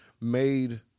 made